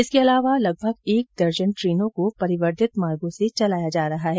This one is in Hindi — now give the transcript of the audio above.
इसके अलावा लगभग एक दर्जन ट्रेनों को परिवर्तित मार्गों से चलाया जा रहा है